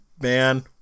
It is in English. Man